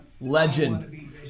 Legend